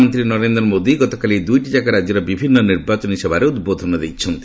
ପ୍ରଧାନମନ୍ତ୍ରୀ ନରେନ୍ଦ୍ର ମୋଦି ଗତକାଲି ଏହି ଦୁଇଟି ଯାକ ରାଜ୍ୟର ବିଭିନ୍ନ ନିର୍ବାଚନୀ ସଭାରେ ଉଦ୍ବୋଧନ ଦେଇଛନ୍ତି